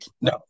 No